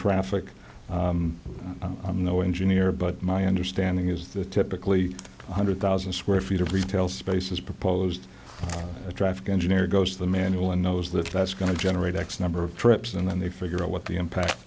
traffic i'm no engineer but my understanding is that typically one hundred thousand square feet of retail space is proposed a traffic engineer goes to the manual and knows that that's going to generate x number of trips and then they figure out what the impact